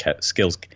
skills